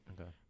Okay